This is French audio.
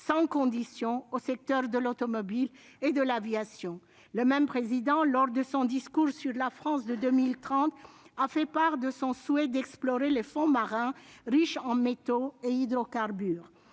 sans condition, aux secteurs de l'automobile et de l'aviation. Le même président, lors de son discours sur la France de 2030, a fait part de son souhait d'explorer les fonds marins, riches en métaux et hydrocarbures.